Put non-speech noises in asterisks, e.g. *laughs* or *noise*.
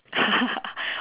*laughs*